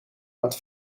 met